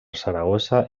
saragossa